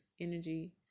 energy